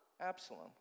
Absalom